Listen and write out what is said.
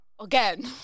again